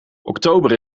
oktober